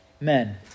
men